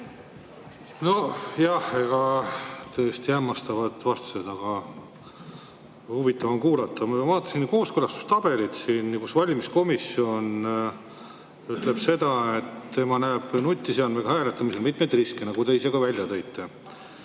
Nojah, tõesti hämmastavad vastused, aga huvitav on kuulata. Ma vaatasin kooskõlastustabelit, kus valimiskomisjon ütleb, et tema näeb nutiseadmega hääletamisel mitmeid riske, nagu te ise ka välja tõite.